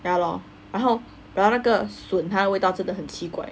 ya lor 然后那个食物味道真的很奇怪